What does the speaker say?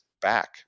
back